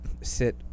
sit